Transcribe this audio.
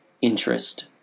interest